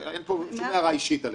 אין פה שום הערה אישית עליכם.